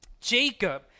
Jacob